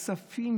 הכספים